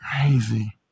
crazy